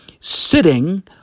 sitting